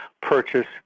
purchase